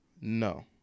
No